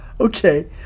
Okay